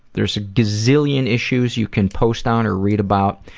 there's a gazillion issues you can post on or read about.